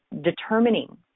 determining